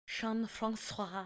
Jean-Francois